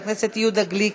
חבר הכנסת יהודה גליק,